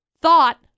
thought